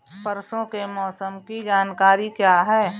परसों के मौसम की जानकारी क्या है?